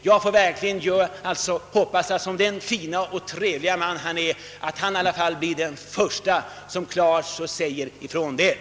Jag hoppas verkligen att herr Allard som den fine och trevlige man han är blir den förste att klart säga ifrån detta.